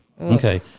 Okay